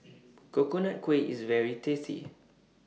Coconut Kuih IS very tasty